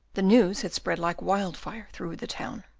the news had spread like wildfire through the town.